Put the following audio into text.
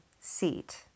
seat